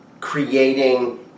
creating